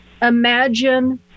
Imagine